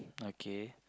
okay